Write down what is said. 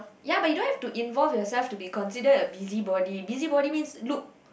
ya but you don't have to involve yourself to be consider a busybody busybody means look